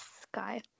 sky